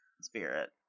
Spirit